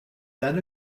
then